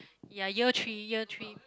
ya year three year three